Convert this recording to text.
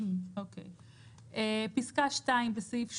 "(2)בסעיף 8,